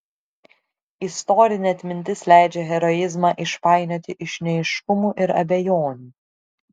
istorinė atmintis leidžia heroizmą išpainioti iš neaiškumų ir abejonių